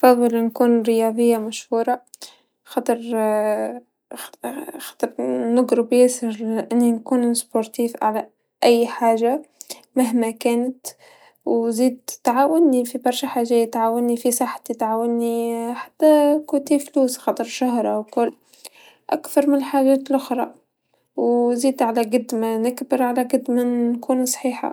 أعتجد إني أختار أكون رياضية مشهورة، مع العلم إني ما بفهم لا بالرياضة ولا بالفن، لاني موهوبة بالفن ولا اني رياضية مخضرمة مثل ما بيحكوا، لكن لو إخترنا أضعف الإيمان راح أكون رياظية ،طايرة، جول بول أو كرة قدم، أي شي جدم من هذا القبيل.